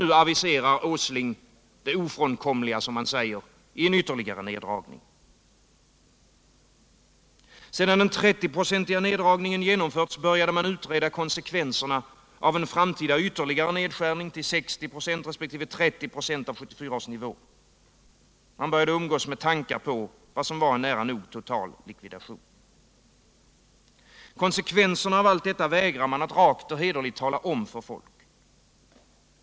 Nu aviserar herr Åsling det ofrånkomliga, som han säger, i en ytterligare neddragning. Sedan den 30-procentiga neddragningen genomförts började man utreda konsekvenserna av en framtida ytterligare nedskärning till 60 26 resp. 30 96 av 1974 års nivå. Man började umgås med tankar på vad som var en nära nog total likvidation. Konsekvenserna av allt detta vägrar man att rakt och hederligt tala om för folk.